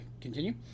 continue